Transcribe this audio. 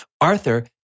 Arthur